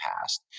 past